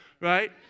right